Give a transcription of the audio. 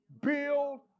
build